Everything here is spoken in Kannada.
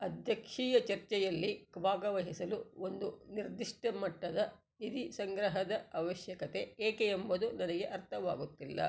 ಅಧ್ಯಕ್ಷೀಯ ಚರ್ಚೆಯಲ್ಲಿ ಭಾಗವಹಿಸಲು ಒಂದು ನಿರ್ದಿಷ್ಟ ಮಟ್ಟದ ನಿಧಿ ಸಂಗ್ರಹದ ಅವಶ್ಯಕತೆ ಏಕೆ ಎಂಬುದು ನನಗೆ ಅರ್ಥವಾಗುತ್ತಿಲ್ಲ